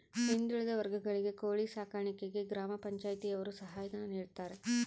ಹಿಂದುಳಿದ ವರ್ಗಗಳಿಗೆ ಕೋಳಿ ಸಾಕಾಣಿಕೆಗೆ ಗ್ರಾಮ ಪಂಚಾಯ್ತಿ ಯವರು ಸಹಾಯ ಧನ ನೀಡ್ತಾರೆ